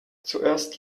zuerst